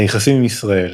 היחסים עם ישראל